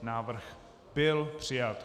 Návrh byl přijat.